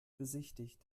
besichtigt